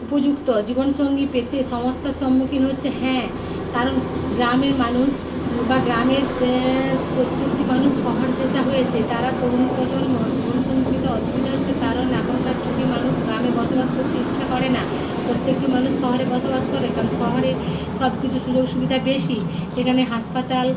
উপযুক্ত জীবনসঙ্গী পেতে সমস্যার সম্মুখীন হচ্ছে হ্যাঁ কারণ গ্রামের মানুষ বা গ্রামের প্রত্যেকটি মানুষ শহর ঘেঁষা হয়েছে তারা তরুণ প্রজন্ম জীবনসঙ্গী পেতে অসুবিধা হচ্ছে কারণ এখনকার যুগে মানুষ গ্রামে বসবাস করতে ইচ্ছা করে না প্রত্যেকটি মানুষ শহরে বসবাস করে কারণ শহরে সব কিছু সুযোগ সুবিধা বেশি এখানে হাসপাতাল